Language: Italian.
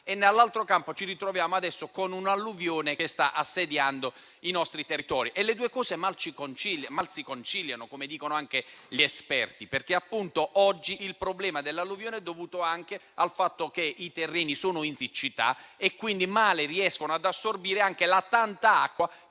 dall'altra parte ci ritroviamo adesso con un'alluvione che sta assediando i nostri territori e le due cose mal si conciliano, come dicono anche gli esperti. Oggi il problema delle alluvioni è dovuto anche al fatto che i terreni sono in siccità e quindi male riescono ad assorbire anche la tanta acqua